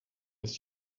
ist